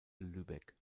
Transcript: lübeck